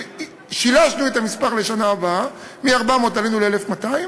שילשנו את המספר לשנה הבאה ומ-400 עלינו ל-1,200,